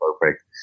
perfect